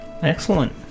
Excellent